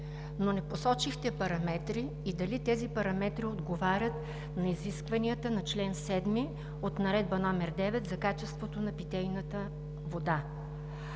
но не посочихте параметри и дали тези параметри отговарят на изискванията на чл. 7 от Наредба № 9 за качеството на питейната вода.